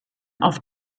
auf